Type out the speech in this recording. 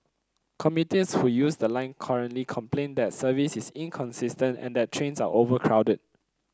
commuters who use the line currently complain that service is inconsistent and that trains are overcrowded